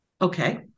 Okay